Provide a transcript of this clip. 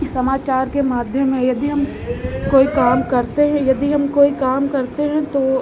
समाचार के माध्यम हैं यदि हम कोई काम करते हैं यदि हम कोई काम करते हैं तो